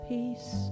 Peace